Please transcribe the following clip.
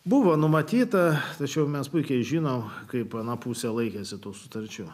buvo numatyta tačiau mes puikiai žino kaip ana pusė laikėsi tų sutarčių